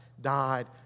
died